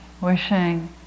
Wishing